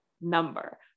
number